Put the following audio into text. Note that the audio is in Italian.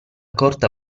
corta